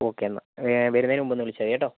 okay എന്നാൽ വരുന്നതിന് മുൻപ് ഒന്ന് വിളിച്ചാൽ മതി കേട്ടോ